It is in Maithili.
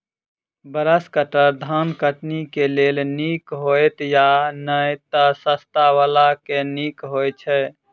ब्रश कटर धान कटनी केँ लेल नीक हएत या नै तऽ सस्ता वला केँ नीक हय छै?